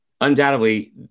undoubtedly